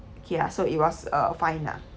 okay lah so it was uh fine lah